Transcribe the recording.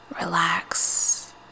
Relax